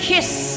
kiss